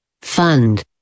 fund